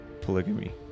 polygamy